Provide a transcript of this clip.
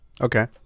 Okay